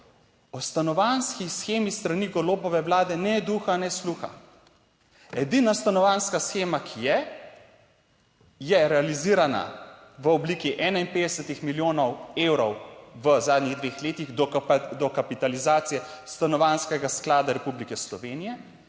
O stanovanjski shemi s strani Golobove Vlade ne duha ne sluha. Edina stanovanjska shema, ki je, je realizirana v obliki 51 milijonov evrov v zadnjih dveh letih dokapitalizacije Stanovanjskega sklada Republike Slovenije,